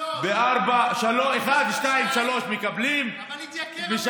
מה עם אשכול 3?